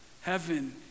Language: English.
Heaven